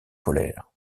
polaire